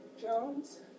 Jones